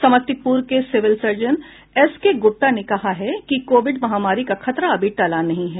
समस्तीपुर के civil surgeon S K Gupta ने कहा है कि कोविड महामारी का खतरा अभी टला नहीं है